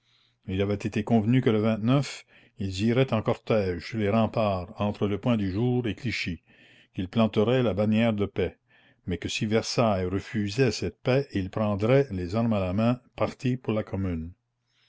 il avait été convenu que le ils iraient en cortège sur les remparts entre le point-du-jour et clichy qu'ils planteraient la bannière de paix mais que si versailles refusait cette paix ils prendraient les armes à la main parti pour la commune